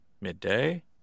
midday